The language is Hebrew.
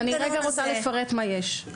אני רוצה לפרט מה יש.